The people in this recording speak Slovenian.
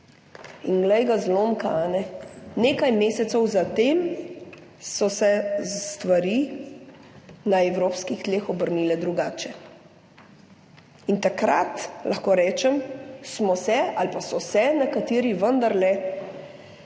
In glej ga zlomka, nekaj mesecev za tem so se stvari na evropskih tleh obrnile drugače in takrat, lahko rečem, smo se ali pa so se nekateri vendarle